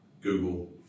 Google